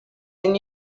than